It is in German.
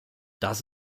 das